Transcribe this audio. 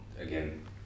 Again